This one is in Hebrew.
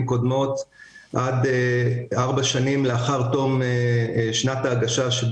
קודמות עד 4 שנים לאחר תום שנת ההגשה.